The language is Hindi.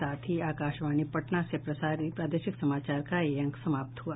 इसके साथ ही आकाशवाणी पटना से प्रसारित प्रादेशिक समाचार का ये अंक समाप्त हुआ